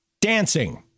dancing